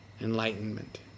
Enlightenment